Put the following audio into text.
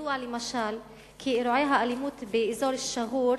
ידוע למשל כי אירועי האלימות באזור שגור,